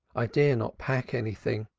i dare not pack anything.